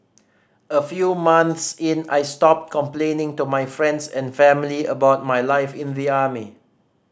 a few months in I stopped complaining to my friends and family about my life in the army